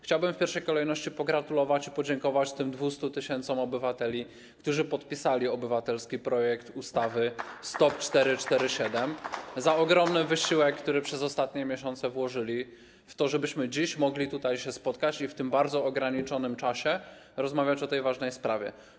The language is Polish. Chciałbym w pierwszej kolejności pogratulować i podziękować tym 200 tys. obywateli, którzy podpisali obywatelski projekt ustawy #STOP447, za ogromny wysiłek, który przez ostatnie miesiące włożyli w to, żebyśmy dziś mogli się tutaj spotkać i w tym bardzo ograniczonym czasie rozmawiać o tej ważnej sprawie.